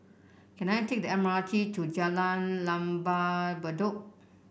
can I take the M R T to Jalan Lembah Bedok